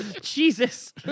jesus